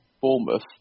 Bournemouth